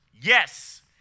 Yes